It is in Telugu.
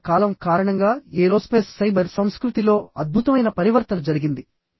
మారుతున్న కాలం కారణంగా ఏరోస్పేస్ సైబర్ సంస్కృతిలో అద్భుతమైన పరివర్తన జరిగింది